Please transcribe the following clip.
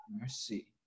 Mercy